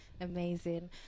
amazing